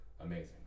amazing